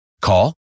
Call